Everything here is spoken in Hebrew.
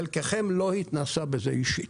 חלקכם לא התנסה בזה אישית.